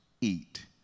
eat